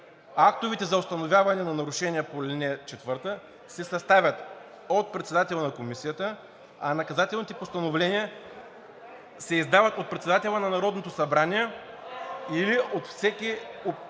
„Актовете за установяване на нарушения по ал. 4 се съставят от председателя на комисията, а наказателните постановления се издават от председателя на Народното събрание (силен